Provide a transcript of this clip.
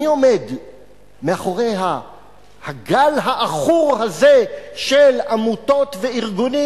מי עומד מאחורי הגל העכור הזה של עמותות וארגונים